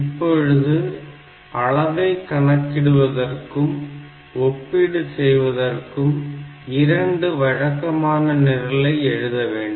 இப்பொழுது அளவை கணக்கிடுவதற்கும் ஒப்பீடு செய்வதற்கும் 2 வழக்கமான நிரலை எழுத வேண்டும்